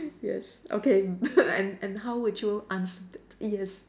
yes okay and and how would you answer that yes